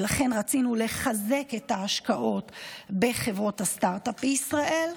ולכן רצינו לחזק את ההשקעות בחברות הסטרטאפ בישראל.